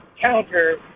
counter